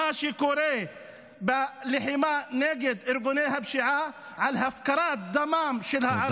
למה שקורה בלחימה נגד ארגוני הפשיעה והפקרת דמם של הערבים,